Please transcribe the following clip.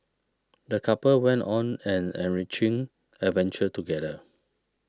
the couple went on an enriching adventure together